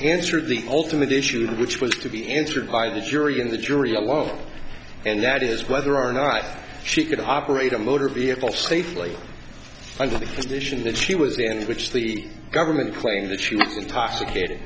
answer the ultimate issue which was to be answered by the jury in the jury alone and that is whether or not she could operate a motor vehicle safely i think this mission that she was in which the government claimed that she was intoxicated